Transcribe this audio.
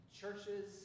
churches